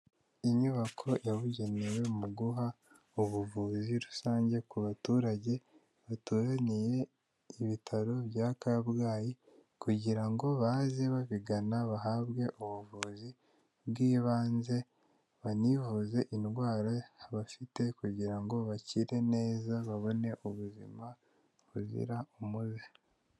Inyubako yabugenewe mu guha ubuvuzi rusange ku baturage bateraniye mu ibitaro bya Kabgayi, kugira ngo baze babigana bahabwe ubuvuzi bw'ibanze, banivuze indwara bafite kugira ngo bakire neza babone ubuzima buzira umuze.